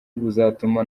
buzatuma